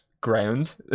ground